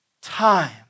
time